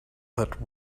that